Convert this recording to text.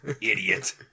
Idiot